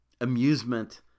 amusement